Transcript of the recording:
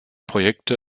projekte